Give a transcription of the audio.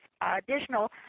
additional